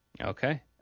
Okay